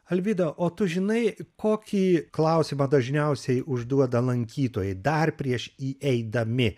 alvydą o tu žinai kokį klausimą dažniausiai užduoda lankytojai dar prieš įeidami